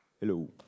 Hello